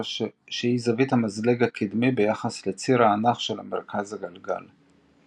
שהיא זווית המזלג הקדמי ביחס לציר האנך של מרכז הגלגל.